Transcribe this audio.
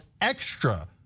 extra